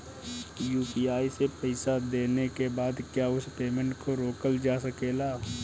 UPI से पईसा देने के बाद क्या उस पेमेंट को रोकल जा सकेला?